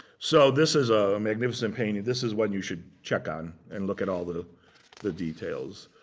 so this is a magnificent painting. this is one you should check on and look at all the the details.